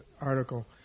article